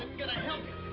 going to help!